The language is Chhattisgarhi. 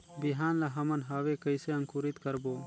बिहान ला हमन हवे कइसे अंकुरित करबो?